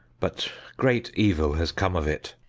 but great evil has come of it.